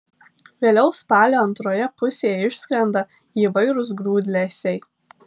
vėliau spalio antroje pusėje išskrenda įvairūs grūdlesiai